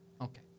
Okay